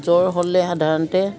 জ্বৰ হ'লে সাধাৰণতে